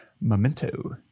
memento